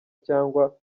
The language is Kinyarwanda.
cyangwa